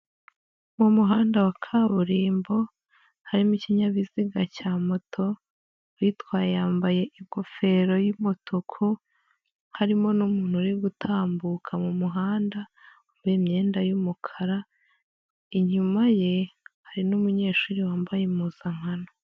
Mu muhanda wa kaburimbo harimo ikinyabiziga cya moto, uyitwaye yambaye ingofero y'umutuku harimo n'umuntu uri gutambuka mu muhanda wambaye imyenda y'umukara inyuma ye hari n'umunyeshuri wambaye impuzankano.